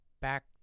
back